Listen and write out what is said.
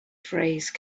phrase